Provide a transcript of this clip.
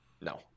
No